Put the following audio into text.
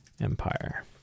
empire